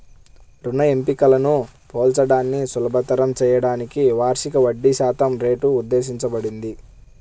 రుణ ఎంపికలను పోల్చడాన్ని సులభతరం చేయడానికి వార్షిక వడ్డీశాతం రేటు ఉద్దేశించబడింది